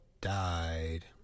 died